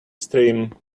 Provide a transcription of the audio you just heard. stream